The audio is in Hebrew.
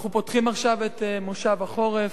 אנחנו פותחים עכשיו את מושב החורף.